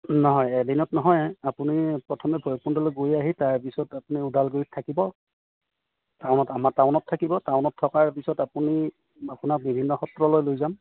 নহয় এদিনত নহয় আপুনি প্ৰথমে ভৈৰৱকুণ্ডলৈ গৈ আহি তাৰপিছত আপুনি ওদালগুৰিত থাকিব টাউনত আমাৰ টাউনত থাকিব টাউনত থকাৰ পিছত আপুনি আপোনাক বিভিন্ন সত্ৰলৈ লৈ যাম